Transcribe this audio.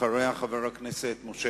חברת הכנסת חנין זועבי,